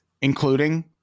Including